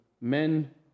men